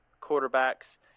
quarterbacks